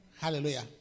Hallelujah